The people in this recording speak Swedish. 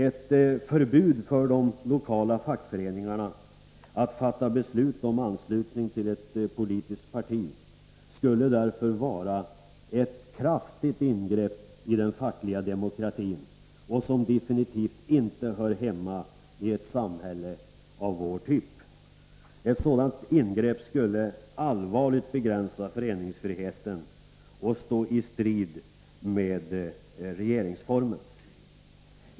Ett förbud för de lokala fackföreningarna att fatta beslut om anslutning till ett politiskt parti skulle därför vara ett kraftigt ingrepp i den fackliga demokratin, som absolut inte hör hemma i ett samhälle av vår typ. Ett sådant ingrepp skulle allvarligt begränsa föreningsfriheten och stå i strid med regeringsformen.